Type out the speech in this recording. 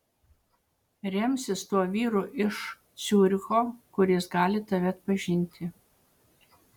remsis tuo vyru iš ciuricho kuris gali tave atpažinti